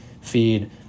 feed